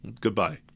goodbye